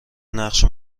نقش